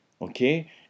okay